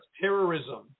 terrorism